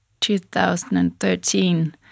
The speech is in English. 2013